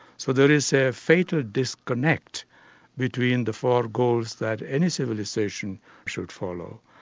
so there is a fatal disconnect between the four goals that any civilisation should follow,